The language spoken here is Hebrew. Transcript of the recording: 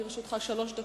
בבקשה, לרשותך שלוש דקות.